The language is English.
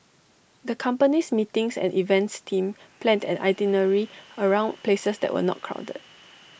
the company's meetings and events team planned an itinerary around places that were not crowded